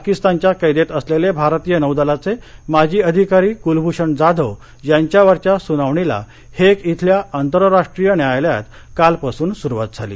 पाकिस्तानच्या कैदेत असलेले भारतीय नौदलाचे माजी अधिकारी कुलभूषण जाधव यांच्यावरच्या सुनावणीला हेग इथल्या आंतरराष्ट्रीय न्यायालयात कालपासून सुरूवात झाली